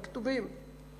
בכתובים,